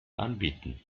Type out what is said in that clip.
anbieten